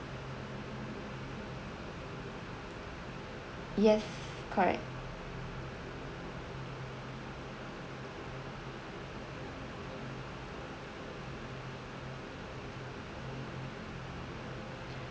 yes correct